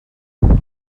anem